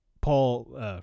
Paul